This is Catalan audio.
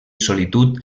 solitud